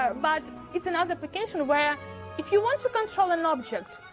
ah but it's another application where if you want to control an object,